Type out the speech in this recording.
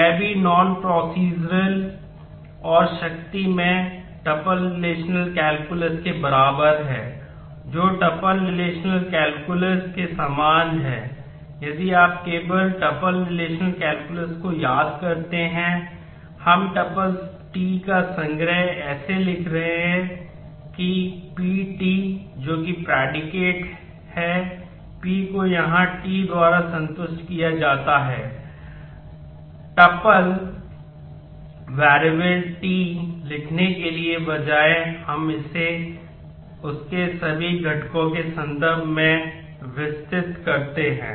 यह भी non procedural t लिखने के बजाय हम इसे उसके सभी घटकों के संदर्भ में विस्तृत करते हैं